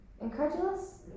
Incredulous